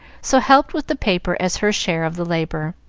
so helped with the paper as her share of the labor.